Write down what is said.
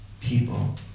people